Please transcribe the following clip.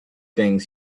things